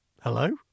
Hello